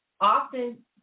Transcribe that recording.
Often